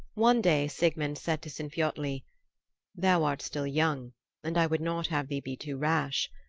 one day sigmund said to sinfiotli thou art still young and i would not have thee be too rash.